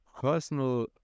personal